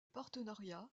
partenariat